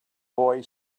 boy